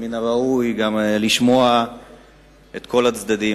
מן הראוי לשמוע את כל הצדדים,